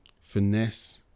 Finesse